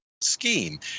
scheme